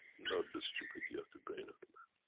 not the stupidity of the brain of the man.